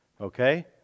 okay